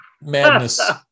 Madness